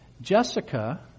Jessica